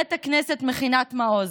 בית הכנסת מכינת מעוז.